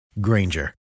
Granger